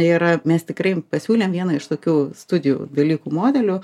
ir mes tikrai pasiūlėm vieną iš tokių studijų dalykų modelių